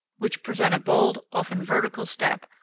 which present a bold, often vertical step,